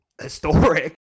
historic